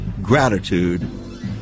gratitude